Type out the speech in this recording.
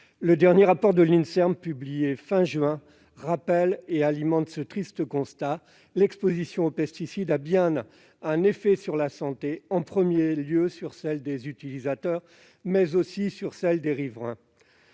recherche médicale (Inserm) rappelle et alimente ce triste constat : l'exposition aux pesticides a bien un effet sur la santé- en premier lieu, sur celle des utilisateurs, mais aussi sur celle des riverains.